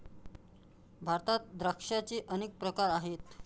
भारतात द्राक्षांचे अनेक प्रकार आहेत